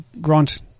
grant